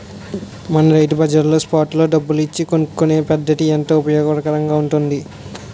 మన రైతు బజార్లో స్పాట్ లో డబ్బులు ఇచ్చి కొనుక్కునే పద్దతి ఎంతో ఉపయోగకరంగా ఉంటుంది